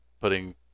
putting